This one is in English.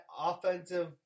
offensive